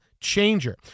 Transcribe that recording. changer